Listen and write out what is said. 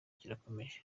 gikomeza